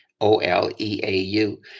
O-L-E-A-U